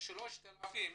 ו-3,674 פנסיונרים.